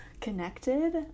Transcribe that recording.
connected